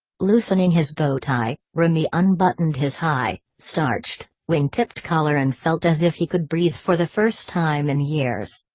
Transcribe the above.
loosening his bow tie, remy unbuttoned his high, starched, wing-tipped collar and felt as if he could breathe for the first time in years.